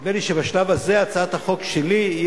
שנדמה לי שבשלב הזה הצעת החוק שלי היא